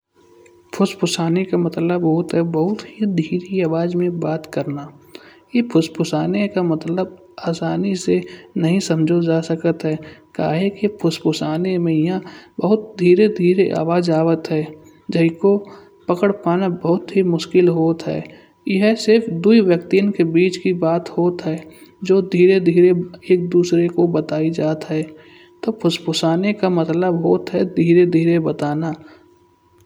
फुसफुसाने का मतलब होत है। बहुत ही धीमी आवाज़ में बात करन। ए फुसफुसाने का मतलब हँसने से नहीं समझो जा सकत है। काहे की फुसफुसाने में बहुत धीमी धीमी आवाज़ आवत है। जय को पकड़ पाना बहुत ही मुश्किल होत है। जय सिर्फ दो व्यक्तियाँ के बीच की बात होत है। जो धीरे-धीरे एक दूसरे को बताई जात है। तो फुसफुसाने का मतलब होत है धीरे-धीरे बताना।